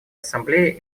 ассамблеи